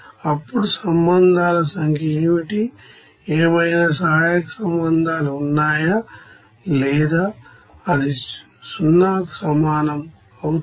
అప్పుడు సంబంధాల సంఖ్య ఏమిటి ఏవైనా సహాయక సంబంధాలు ఉన్నాయా లేదా అది 0 కి సమానం అవుతుంది